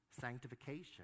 sanctification